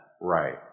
right